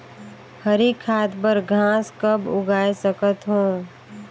हरी खाद बर घास कब उगाय सकत हो?